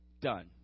Done